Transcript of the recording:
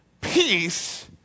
peace